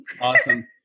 Awesome